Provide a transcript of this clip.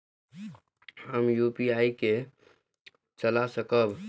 हम यू.पी.आई के चला सकब?